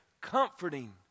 comforting